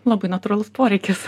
labai natūralus poreikis